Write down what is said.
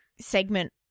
segment